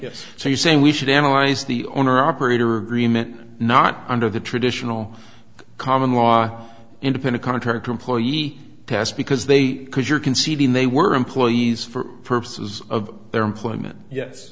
yes so you're saying we should analyze the owner operator agreement not under the traditional common law independent contractor employee test because they because you're conceding they were employees for purposes of their employment yes